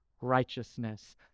righteousness